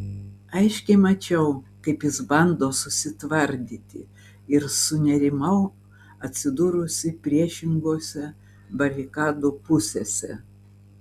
aiškiai mačiau kaip jis bando susitvardyti ir sunerimau atsidūrusi priešingose barikadų pusėse